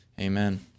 amen